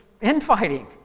infighting